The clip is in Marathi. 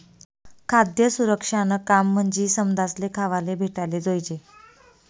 खाद्य सुरक्षानं काम म्हंजी समदासले खावाले भेटाले जोयजे